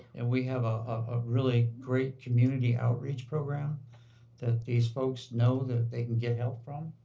and we have a really great community outreach program that these folks know that they can get help from.